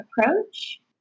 approach